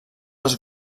els